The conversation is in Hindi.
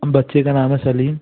मैम बच्चे का नाम है सलीम